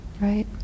right